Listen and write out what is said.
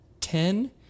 ten